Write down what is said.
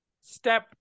step